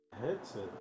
Headset